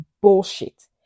bullshit